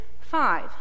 Five